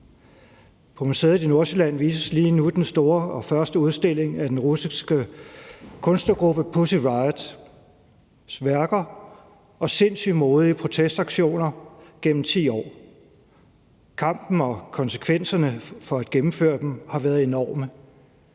På museet i Nordsjælland vises lige nu den store og første udstilling af den russiske kunstnergruppe Pussy Riots værker og sindssyg modige protestaktioner gennem 10 år. Kampen og konsekvenserne for at gennemføre dem har været enorme.